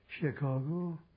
Chicago